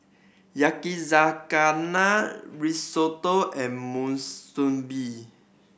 Yakizakana Risotto and Monsunabe